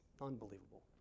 unbelievable